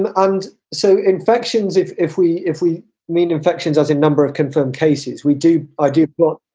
and and so infections, if if we if we mean infections as a number of confirmed cases, we do. i do. well,